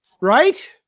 Right